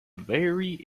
very